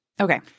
Okay